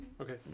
Okay